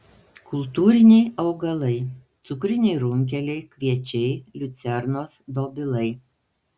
kultūriniai augalai cukriniai runkeliai kviečiai liucernos dobilai